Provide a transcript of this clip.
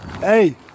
Hey